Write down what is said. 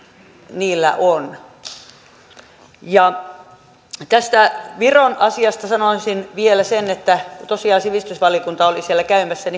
niillä on tästä viron asiasta sanoisin vielä sen että kun tosiaan sivistysvaliokunta oli siellä käymässä